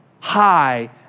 high